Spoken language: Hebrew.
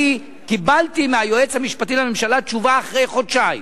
אני קיבלתי מהיועץ המשפטי לממשלה תשובה אחרי חודשיים.